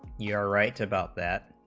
you're right about that